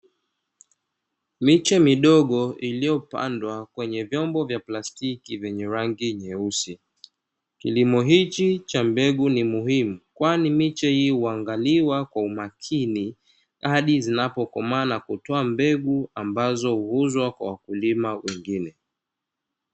Miche midogo iliyopandwa kwenye vyombo vya plastiki vyenye rangi nyeusi. Kilimo hichi cha mbegu ni muhimu, kwani miche hii huangaliwa kwa umakini hadi zinapokomaa na kutoa mbegu ambazo huuzwa kwa wakulima wengine.